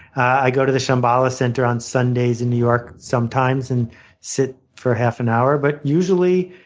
i go to the shambhala center on sundays in new york sometimes and sit for half an hour. but usually,